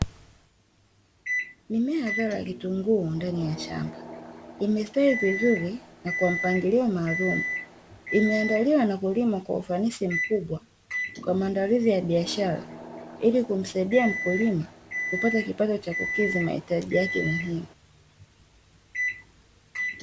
Mimea ya zao la kitunguu ndani ya shamba imestahi vizuri na kwa mpangilio maalumu, imeandaliwa na kulimwa kwa ufanisi mkubwa kwa maandalizi ya biashara, ili kumsaidia mkulima kupata kipato cha kukizi mahitaji yake muhimu.